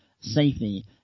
safety